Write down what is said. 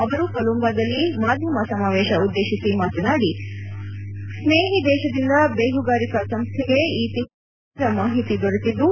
ಅವರು ಕೊಲಂಬೊದಲ್ಲಿ ಮಾದ್ಯಮ ಸಮಾವೇಶಿ ಉದ್ಗೇಶಿಸಿ ಮಾತನಾಡಿ ಸ್ಗೇಹಿದೇಶದಿಂದ ಬೇಹುಗಾರಿಕಾ ಸಂಸ್ಥೆಗೆ ಈ ತಿಂಗಳ ಳ ರಂದು ವಿವರ ಮಾಹಿತಿ ದೊರೆತಿದ್ದು